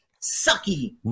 sucky